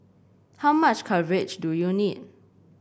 how much coverage do you need